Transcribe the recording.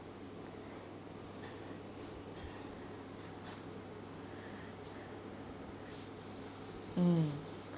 mm